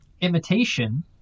imitation